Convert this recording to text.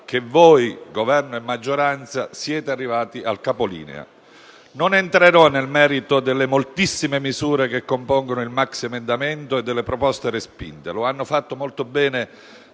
che voi, Governo e maggioranza, siete arrivati al capolinea. Non entrerò nel merito delle moltissime misure che compongono il maxiemendamento e delle proposte respinte. Lo hanno già fatto molto bene